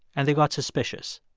and they got suspicious.